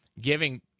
giving